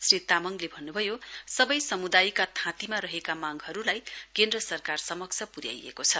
श्री तामङले भन्नुभयो सबै समुदायका थाँतीमा रहेका मांगहरूलाई केन्द्र सरकार समक्ष पुर्याइएको छ